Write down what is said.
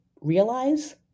realize